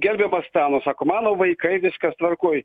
gerbiamas stano sako mano vaikai viskas tvarkoj